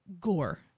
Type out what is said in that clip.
gore